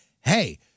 hey